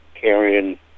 carrying